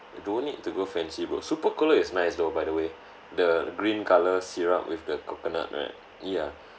don't need to go fancy bro super cooler is nice though by the way the green colour syrup with the coconut right ya